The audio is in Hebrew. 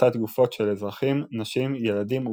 והשחתת גופות של אזרחים, נשים, ילדים וקשישים.